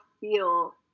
feel